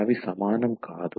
అవి సమానం కాదు